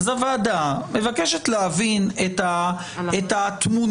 אז הוועדה מבקשת להבין את התמונה